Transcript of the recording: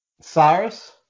Cyrus